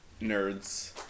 nerds